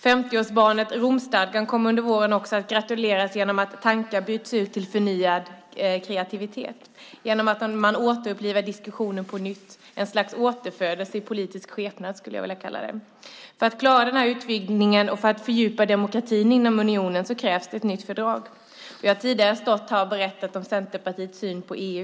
50-årsbarnet Romstadgan kommer under våren också att gratuleras genom att tankar byts ut till förnyad kreativitet genom att man återupplivar diskussionen på nytt. Jag skulle vilja kalla det ett slags återfödelse i politisk skepnad. För att klara utvidgningen och för att fördjupa demokratin inom unionen krävs ett nytt fördrag. Jag har tidigare stått här och berättat om Centerpartiets syn på EU.